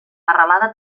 arrelada